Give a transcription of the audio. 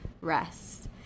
rest